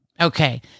Okay